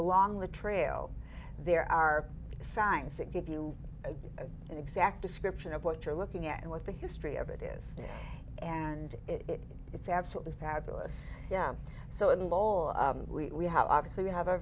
along the trail there are signs that give you an exact description of what you're looking at and what the history of it is and it is absolutely fabulous yeah so and all we have obviously we have